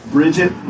Bridget